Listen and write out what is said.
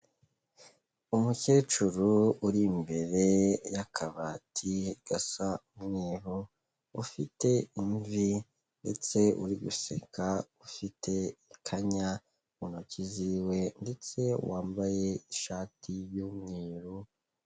Umukecuru uri imbere y'akabati gasa umweru, ufite imvi ndetse uri guseka, ufite ikanya mu ntoki z'iwe ndetse wambaye ishati y'umweru.